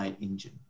engine